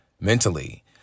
Mentally